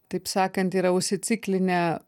taip sakant yra užsiciklinę